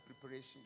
Preparation